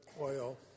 oil